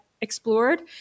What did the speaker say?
explored